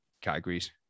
categories